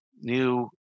new